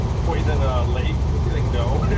poison a lake? you'll be like, no.